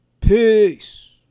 Peace